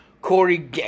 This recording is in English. Corey